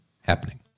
happening